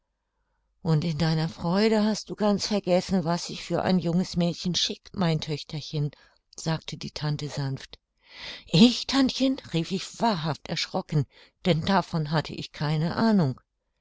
und in deiner freude hast du ganz vergessen was sich für ein junges mädchen schickt mein töchterchen sagte die tante sanft ich tantchen rief ich wahrhaft erschrocken denn davon hatte ich keine ahnung